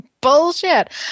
Bullshit